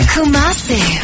Kumasi